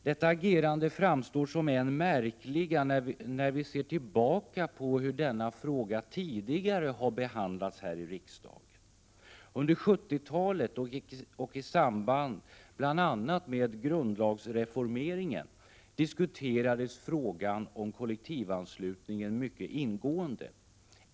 Detta agerande framstår som än märkligare när vi ser tillbaka på hur denna fråga tidigare har behandlats här i riksdagen. Under 70-talet och i samband med bl.a. grundlagsreformen diskuterades frågan om kollektivanslutningen mycket ingående.